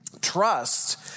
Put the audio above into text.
Trust